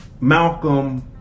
Malcolm